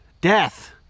Death